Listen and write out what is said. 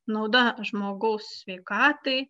nauda žmogaus sveikatai